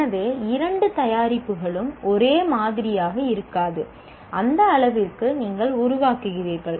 எனவே இரண்டு தயாரிப்புகளும் ஒரே மாதிரியாக இருக்காது அந்த அளவிற்கு நீங்கள் உருவாக்குகிறீர்கள்